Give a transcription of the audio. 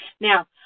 Now